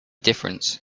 difference